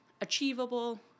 achievable